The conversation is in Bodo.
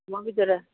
अमा बेदरा